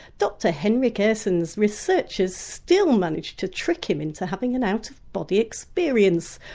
dr henrik ehrsson's researchers still managed to trick him into having an out-of-body experience,